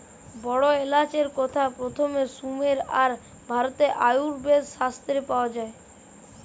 বড় এলাচের কথা প্রথম সুমের আর ভারতের আয়ুর্বেদ শাস্ত্রে পাওয়া যায়